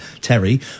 Terry